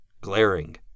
glaring